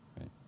right